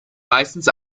meistens